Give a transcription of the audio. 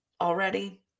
already